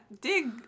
dig